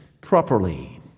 properly